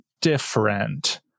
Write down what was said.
different